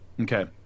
Okay